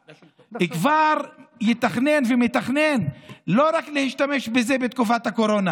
כבר יתכנן ומתכנן להשתמש בזה לא רק בתקופת הקורונה